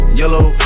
yellow